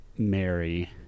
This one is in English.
mary